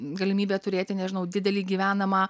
galimybė turėti nežinau didelį gyvenamą